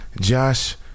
Josh